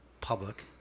public